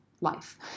life